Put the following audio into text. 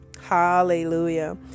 hallelujah